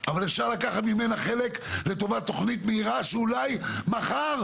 אבל אפשר לקחת ממנה חלק לטובת תכנית מהירה שאולי מחר,